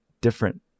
different